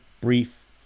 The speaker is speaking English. brief